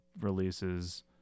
releases